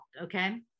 okay